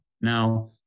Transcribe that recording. Now